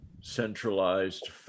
centralized